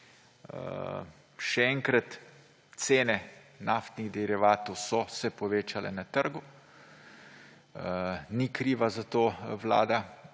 Še enkrat, cene naftnih derivatov so se povečale na trgu, ni kriva za to vlada